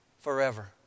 forever